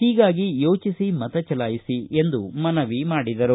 ಹೀಗಾಗಿ ಯೋಚಿಸಿ ಮತ ಚಲಾಯಿಸಿ ಎಂದು ಮನವಿ ಮಾಡಿದರು